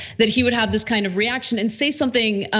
that he would have this kind of reaction and say something